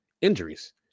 injuries